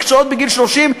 מקצועות שבגיל 30,